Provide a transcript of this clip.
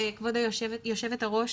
כבוד היושבת-הראש,